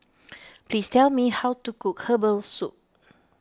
please tell me how to cook Herbal Soup